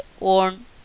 on